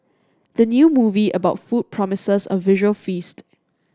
the new movie about food promises a visual feast